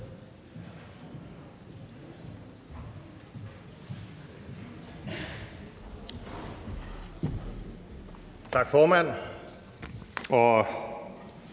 Tak, formand,